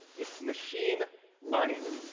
it's machine learning.